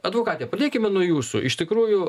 advokate pradėkime nuo jūsų iš tikrųjų